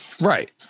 Right